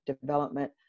development